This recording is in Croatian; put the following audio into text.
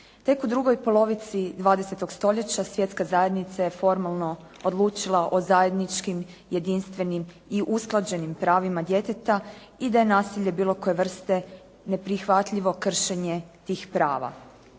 Tek u drugoj polovici 20. stoljeća Svjetska zajednica je formalno odlučila o zajedničkim, jedinstvenim i usklađenim pravima djeteta i da je nasilje bilo koje vrste neprihvatljivo kršenje tih prava.